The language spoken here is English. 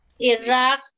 iraq